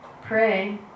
pray